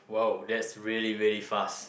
whoa that is really really fast